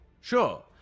Sure